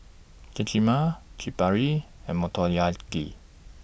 Kheema Chaat Papri and Motoyaki